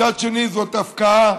מצד שני זאת הפקעה,